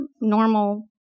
normal